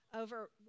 over